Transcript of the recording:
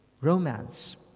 romance